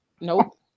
Nope